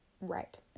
Right